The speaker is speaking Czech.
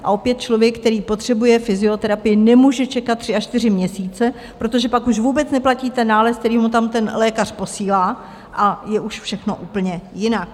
A opět člověk, který potřebuje fyzioterapii, nemůže čekat tři až čtyři měsíce, protože pak už vůbec neplatí ten nález, který mu tam ten lékař posílá, a je už všechno úplně jinak.